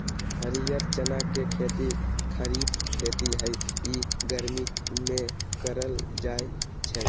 हरीयर चना के खेती खरिफ खेती हइ इ गर्मि में करल जाय छै